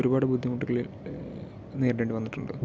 ഒരുപാട് ബുദ്ധിമുട്ടുകൾ നേരിടേണ്ടി വന്നിട്ടുണ്ട്